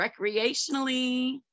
recreationally